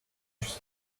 him